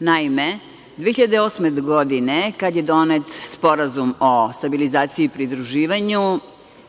Naime, 2008. godine kada je donet Sporazum o stabilizaciji i pridruživanju,